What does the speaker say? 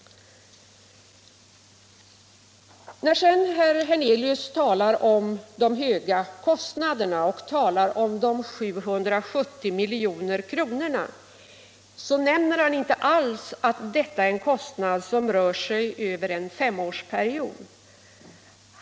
När sedan herr Hernelius talar om de höga kostnaderna och om de 770 miljonerna nämner han inte alls, att detta är en kostnad som faller ut under en femårsperiod.